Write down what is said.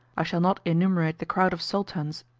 i shall not enumerate the crowd of sultans,